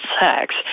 sex